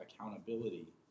accountability